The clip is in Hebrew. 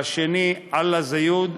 השני, עלאא זיוד,